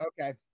Okay